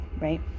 right